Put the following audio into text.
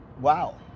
wow